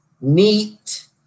Neat